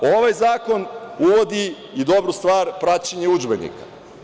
Ovaj zakon uvodi i dobru stvar – vraćanje udžbenika.